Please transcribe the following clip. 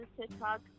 TikTok